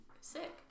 Sick